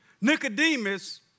Nicodemus